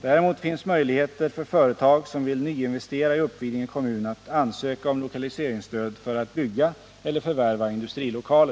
Däremot finns möjligheter för företag som vill nyinvestera i Uppvidinge kommun att ansöka om lokaliseringsstöd för att bygga eller förvärva industrilokaler.